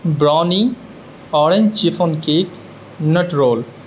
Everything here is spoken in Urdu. Barauni orange chiffon cake nut role